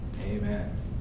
Amen